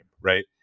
right